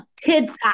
kids